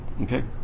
Okay